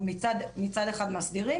מצד אחד מסדירים,